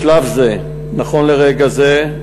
בשלב זה, נכון לרגע זה,